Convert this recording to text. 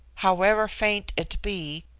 however faint it be,